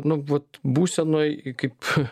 nu vat būsenoj kaip